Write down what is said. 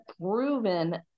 proven